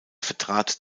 vertrat